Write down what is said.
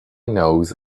knows